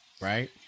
right